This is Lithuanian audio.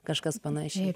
kažkas panašiai